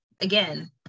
again